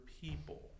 people